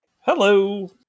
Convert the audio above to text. Hello